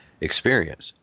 experience